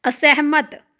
ਅਸਹਿਮਤ